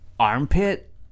Armpit